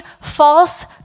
false